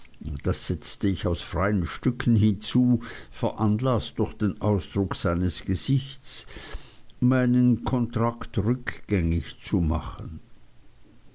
das setzte ich aus freien stücken hinzu veranlaßt durch den ausdruck seines gesichts meinen kontrakt rückgängig zu machen